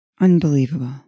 Unbelievable